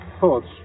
thoughts